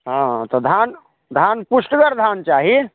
हँ हँ तऽ धान धान पुष्टगर धान चाही